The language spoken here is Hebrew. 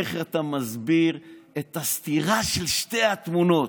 איך אתה מסביר את הסתירה של שתי התמונות.